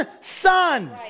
son